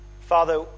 Father